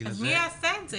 מי יעשה את זה?